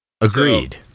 Agreed